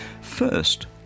First